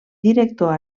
director